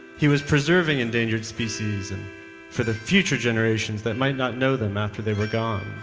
he was preserving endangered species for the future generations that might not know them after they were gone.